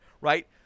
right